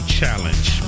Challenge